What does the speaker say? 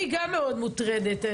אני גם מאוד מוטרדת.